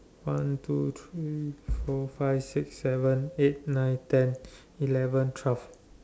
one two three four five six seven eight nine ten eleven twelve